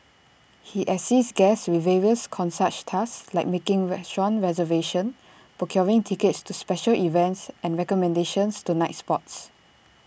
he assists guests with various concierge tasks like making restaurant reservations procuring tickets to special events and recommendations to nightspots